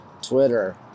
twitter